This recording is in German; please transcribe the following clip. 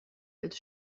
als